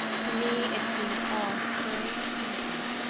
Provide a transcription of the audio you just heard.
to me it seems all so simple.